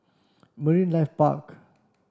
Marine Life Park